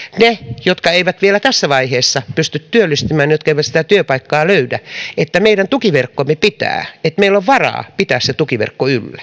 niille jotka eivät vielä tässä vaiheessa pysty työllistymään jotka eivät sitä työpaikkaa löydä meidän tukiverkkomme pitää meillä on varaa pitää se tukiverkko yllä